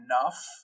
enough